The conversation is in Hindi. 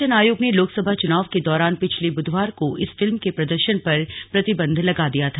निर्वाचन आयोग ने लोकसभा चुनाव के दौरान पिछले बुधवार को इस फिल्म के प्रदर्शन पर प्रतिबंध लगा दिया था